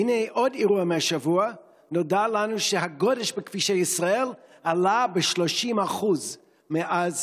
והינה עוד אירוע מהשבוע: נודע לנו שהגודש בכבישי ישראל עלה ב-30% מאז